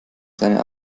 seine